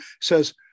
says